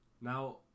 Now